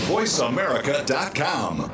VoiceAmerica.com